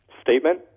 statement